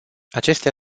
acestea